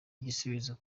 igisubizo